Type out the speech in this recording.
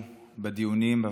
23 באפריל 2020,